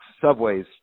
subways